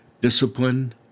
Discipline